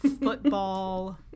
football